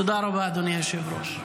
תודה רבה, אדוני היושב-ראש.